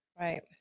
Right